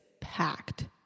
packed